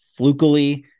flukily